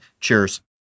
Cheers